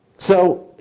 so,